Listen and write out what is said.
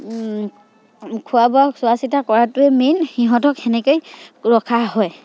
খোৱা বোৱা চোৱা চিতা কৰাটোৱে মেইন সিহঁতক তেনেকেই ৰখা হয়